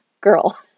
Girl